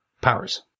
powers